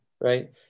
right